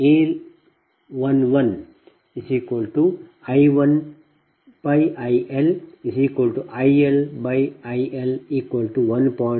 ಆದ್ದರಿಂದ ನೀವು A 11 I 1 I L I L I L 1